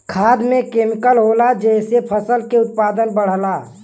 खाद में केमिकल होला जेसे फसल के उत्पादन बढ़ला